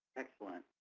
excellent.